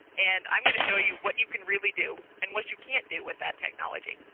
and i'm going to show you what you can really do and what you can't do with that technology.